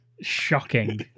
shocking